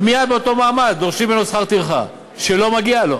ומייד באותו מעמד דורשים ממנו שכר טרחה שלא מגיע לו.